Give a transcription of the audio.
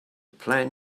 plan